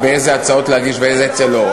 איזה הצעות להגיש ואיזה לא,